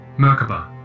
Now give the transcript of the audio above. Merkaba